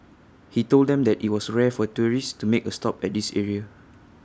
he told them that IT was rare for tourists to make A stop at this area